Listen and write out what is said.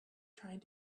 tried